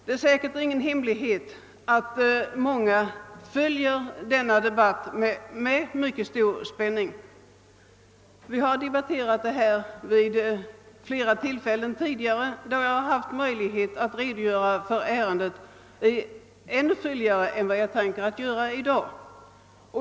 Det är säkert många som följer denna debatt med mycket stort intresse. Vi har debatterat denna fråga vid många tidigare tillfällen, då jag haft möjlighet att redogöra för ärendet ännu utförligare än vad jag tänker göra i dag.